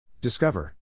Discover